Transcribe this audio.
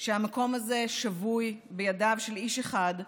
שהמקום הזה שבוי בידיו של איש אחד,